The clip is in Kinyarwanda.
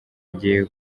agiye